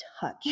touch